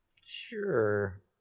Sure